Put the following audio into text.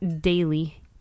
daily